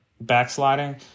backsliding